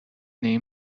این